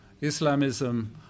Islamism